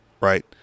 Right